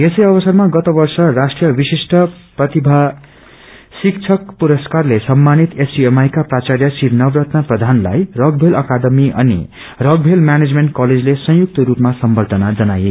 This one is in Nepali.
यसै अवसरमा गत वर्ष राष्ट्रिय विशिष्ट प्रतिभा शिक्षक पुरसकारले सम्मानित एसयूएमआई का प्राचाय श्री नवरत्न प्रधानलाई रकमेल अकादमी अनि रकमेल म्यानेजमेण्ट कलेजले सुयुक्त रूपमा सम्बद्धना जनाए